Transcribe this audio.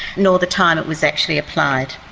nor the time it was actually applied.